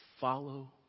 Follow